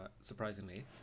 surprisingly